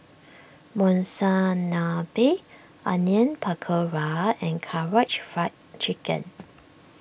Monsunabe Onion Pakora and Karaage Fried Chicken